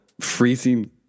freezing